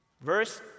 verse